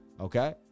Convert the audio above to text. okay